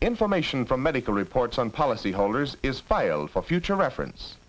information from medical reports on policyholders is file for future reference